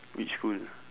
which school